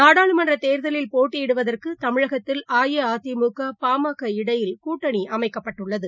நாடாளுமன்றதேர்தலில் போட்டியிடுவதற்குதமிழகத்தில் அஇஅதிமுக பாமக இடையில் கூட்டணிஅமைக்கப்பட்டுள்ளது